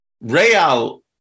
Real